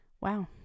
Wow